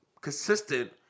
consistent